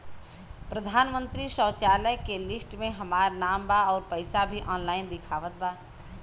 प्रधानमंत्री शौचालय के लिस्ट में हमार नाम बा अउर पैसा भी ऑनलाइन दिखावत बा